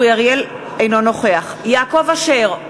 אינו נוכח יעקב אשר,